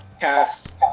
cast